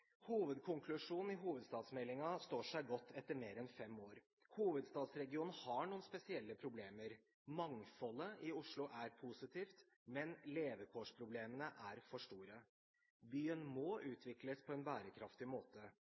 Hovedkonklusjonen i hovedstadsmeldingen står seg godt etter mer enn fem år. Hovedstadsregionen har noen spesielle problemer. Mangfoldet i Oslo er positivt, men levekårsproblemene er for store. Byen må utvikles på en bærekraftig måte.